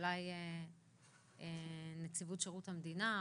אולי נציבות שירות המדינה?